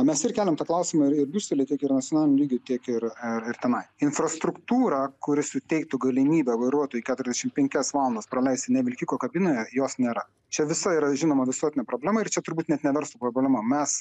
mes ir keliam tą klausimą ir ir briusely tiek ir nacionaliniu lygiu tiek ir a ir tenai infrastruktūra kuri suteiktų galimybę vairuotojui keturiasdešim penkias valandas praleisti ne vilkiko kabinoje jos nėra čia visa yra žinoma visuotinė problema ir čia turbūt net ne verslo problema mes